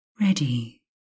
ready